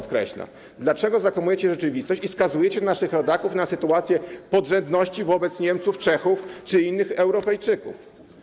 Dlaczego zakłamujecie rzeczywistość i skazujecie naszych rodaków na podrzędność wobec Niemców, Czechów czy innych Europejczyków?